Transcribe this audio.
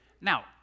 Now